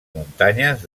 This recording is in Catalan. muntanyes